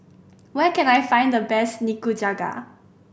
where can I find the best Nikujaga